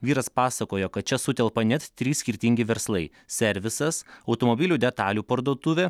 vyras pasakojo kad čia sutelpa net trys skirtingi verslai servisas automobilių detalių parduotuvė